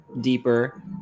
deeper